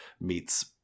meets